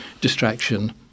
distraction